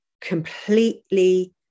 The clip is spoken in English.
completely